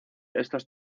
estos